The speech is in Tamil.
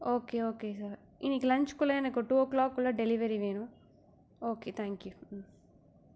ஓகே ஓகே சார் இன்றைக்கு ல்ஞ்ச்சு குள்ளே டூ ஓ கிளாக் குள்ளே டெலிவரி வேணும் ஓகே தேங்க் யூ ம்